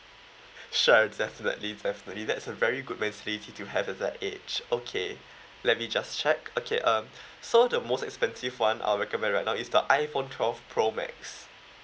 sure definitely definitely that's a very good mentality to you have at that age okay let me just check okay um so the most expensive one I would recommend right now is the iphone twelve pro max